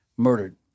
murdered